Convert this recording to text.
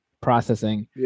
processing